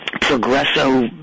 Progresso